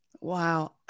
Wow